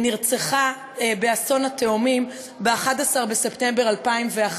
נרצחה באסון התאומים ב-11 בספטמבר 2001,